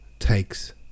takes